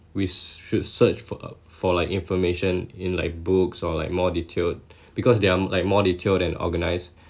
we should search for uh for like information in like books or like more detailed because they are like more detailed and organised